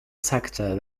sector